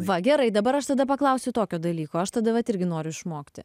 va gerai dabar aš tada paklausiu tokio dalyko aš tada vat irgi noriu išmokti